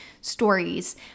stories